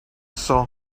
saw